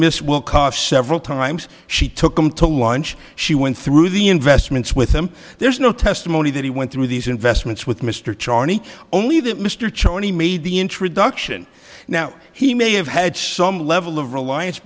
miss will cost several times she took them to launch she went through the investments with them there's no testimony that he went through these investments with mr charney only that mr cho and he made the introduction now he may have had some level of reliance